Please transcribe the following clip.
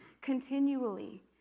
continually